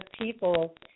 people